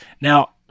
now